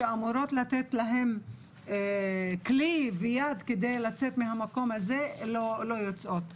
אמורים לתת להם כלי ויד כדי לצאת מהמקום הזה והמשפחות לא יוצאות ממנו.